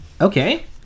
Okay